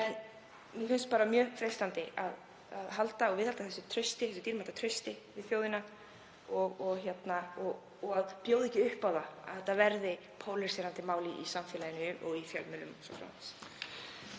En mér finnst bara mjög freistandi að viðhalda þessu dýrmæta trausti við þjóðina og bjóða ekki upp á það að þetta verði pólaríserandi mál í samfélaginu og í fjölmiðlum